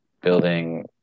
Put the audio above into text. building